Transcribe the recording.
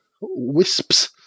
wisps